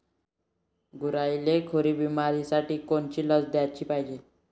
गुरांइले खुरी बिमारीसाठी कोनची लस द्याले पायजे?